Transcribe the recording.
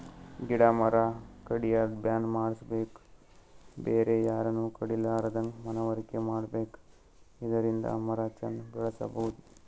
ಗಿಡ ಮರ ಕಡ್ಯದ್ ಬ್ಯಾನ್ ಮಾಡ್ಸಬೇಕ್ ಬೇರೆ ಯಾರನು ಕಡಿಲಾರದಂಗ್ ಮನವರಿಕೆ ಮಾಡ್ಬೇಕ್ ಇದರಿಂದ ಮರ ಚಂದ್ ಬೆಳಸಬಹುದ್